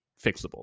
fixable